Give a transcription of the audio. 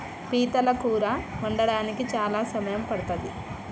పీతల కూర వండడానికి చాలా సమయం పడ్తది